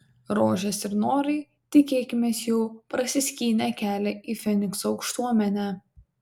rožės ir norai tikėkimės jau prasiskynė kelią į fenikso aukštuomenę